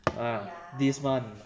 uh this month